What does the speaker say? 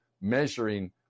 measuring